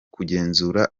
kugenzura